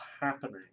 happening